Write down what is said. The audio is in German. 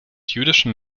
jüdischen